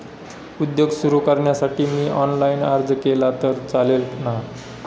उद्योग सुरु करण्यासाठी मी ऑनलाईन अर्ज केला तर चालेल ना?